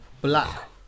black